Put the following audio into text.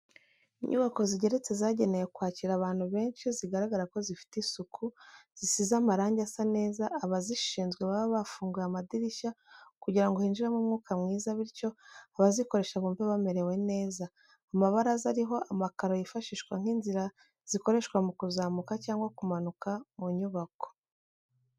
Inyubako zigeretse zagenewe kwakira abantu benshi zigaragara ko zifite isuku, zisize amarange asa neza abazishinzwe baba bafunguye amadirishya kugira ngo hinjiremo umwuka mwiza bityo abazikoresha bumve bamerewe neza, amabaraza ari ho amakaro yifashishwa nk'inzira zikoreshwa mu kuzamuka cyangwa kumanuka mu nyubako.